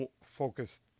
Focused